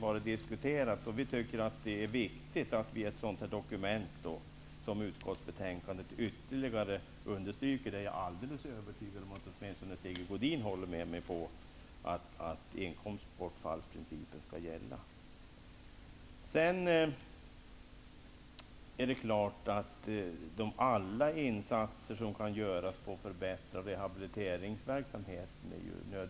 Vi tycker att det är viktigt att betydelsen härav understryks i betänkandet. Jag är helt övertygad om att åtminstone Sigge Godin håller med mig om att inkomstbortfallsprincipen skall gälla. Alla insatser som kan göras för att förbättra rehabiliteringsverksamheten är välkomna.